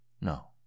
No